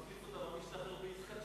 נחליף אותם בעסקת שבויים יותר בקרוב,